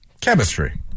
Chemistry